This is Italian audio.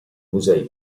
musei